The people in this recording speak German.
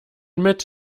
mit